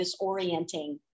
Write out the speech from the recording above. disorienting